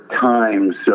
times